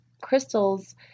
crystals